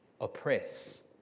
oppress